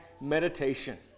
meditation